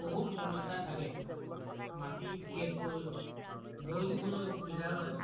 বহুত সমস্যা থাকে মাটি বিশেষকৈ মৈ দিবলৈ অসুবিধা হয়